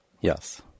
Yes